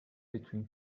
between